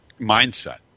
mindset